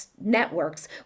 networks